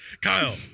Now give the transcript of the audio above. Kyle